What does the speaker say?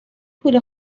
پول